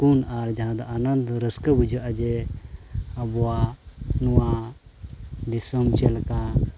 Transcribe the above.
ᱥᱩᱠᱩᱱ ᱟᱨ ᱡᱟᱦᱟᱸ ᱫᱚ ᱟᱱᱚᱱᱫᱚ ᱨᱟᱹᱥᱠᱟᱹ ᱵᱩᱡᱷᱟᱹᱜᱼᱟ ᱡᱮ ᱟᱵᱚᱣᱟᱜ ᱱᱚᱣᱟ ᱫᱤᱥᱚᱢ ᱪᱮᱫ ᱞᱮᱠᱟ